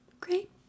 great